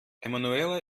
emanuela